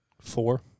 Four